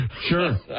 Sure